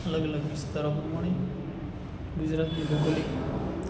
અલગ અલગ વિસ્તારોમાં મળી ગુજરાતની ભૌગોલિક